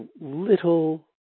little